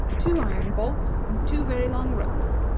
two iron bolts, and two very long ropes.